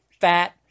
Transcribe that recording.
fat